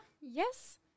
yes